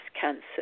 cancer